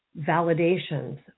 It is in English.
validations